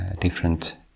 different